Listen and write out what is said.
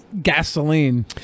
Gasoline